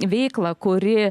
veiklą kuri